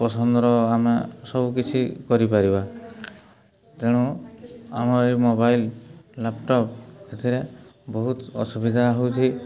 ପସନ୍ଦର ଆମେ ସବୁ କିଛି କରିପାରିବା ତେଣୁ ଆମର ଏଇ ମୋବାଇଲ୍ ଲ୍ୟାପଟପ୍ ଏଥିରେ ବହୁତ ଅସୁବିଧା ହେଉଛି